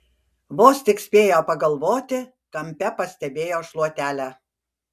vos tik spėjo pagalvoti kampe pastebėjo šluotelę